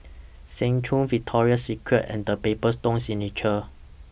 Seng Choon Victoria Secret and The Paper Stone Signature